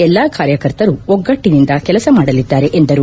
ಎಲ್ಲಾ ಕಾರ್ಯಕರ್ತರು ಒಗ್ಗೆಟ್ಟಿನಿಂದ ಕೆಲಸ ಮಾಡಲಿದ್ದಾರೆ ಎಂದರು